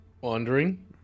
wandering